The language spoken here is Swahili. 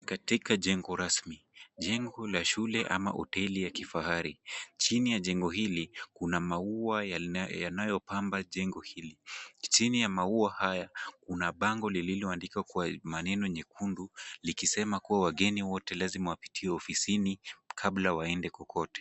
Katika jengo rasmi, jengo la shule ama hoteli la kifahari. Chini ya jengo hili, kuna maua yanayopamba jengo hili. Chini ya maua haya, kuna bango lililoandikwa maneno nyekundu, ikisema kuwa wageni wote lazima wapitie ofisini kabla waende kokote.